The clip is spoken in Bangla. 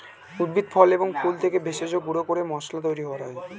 উদ্ভিদ, ফল এবং ফুল থেকে ভেষজ গুঁড়ো করে মশলা তৈরি করা হয়